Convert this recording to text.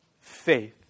faith